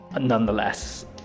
Nonetheless